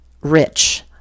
rich